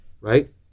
right